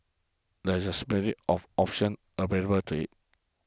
that is simply of option available to it